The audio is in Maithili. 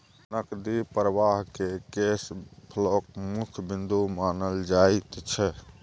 नकदी प्रवाहकेँ कैश फ्लोक मुख्य बिन्दु मानल जाइत छै